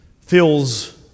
feels